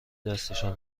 دستشان